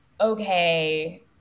okay